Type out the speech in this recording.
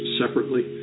separately